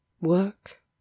work